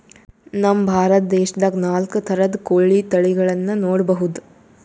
ನಮ್ ಭಾರತ ದೇಶದಾಗ್ ನಾಲ್ಕ್ ಥರದ್ ಕೋಳಿ ತಳಿಗಳನ್ನ ನೋಡಬಹುದ್